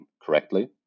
correctly